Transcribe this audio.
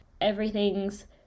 everything's